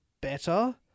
better